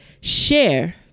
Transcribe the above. Share